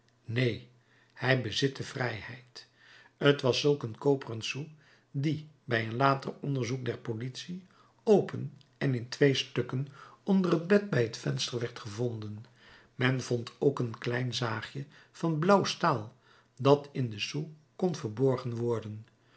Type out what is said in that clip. neen hij bezit de vrijheid t was zulk een koperen sou die bij een later onderzoek der politie open en in twee stukken onder het bed bij het venster werd gevonden men vond ook een klein zaagje van blauw staal dat in den sou kon verborgen worden